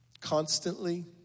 Constantly